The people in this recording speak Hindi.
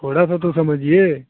थोड़ा बहुत तो समझिये